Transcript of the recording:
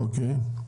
אוקיי.